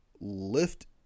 lift